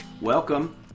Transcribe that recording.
Welcome